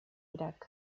iraq